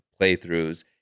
playthroughs